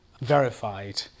verified